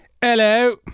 Hello